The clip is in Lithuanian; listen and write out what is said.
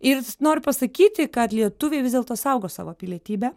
ir noriu pasakyti kad lietuviai vis dėlto saugo savo pilietybę